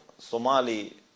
Somali